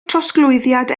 trosglwyddiad